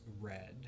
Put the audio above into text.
red